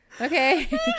okay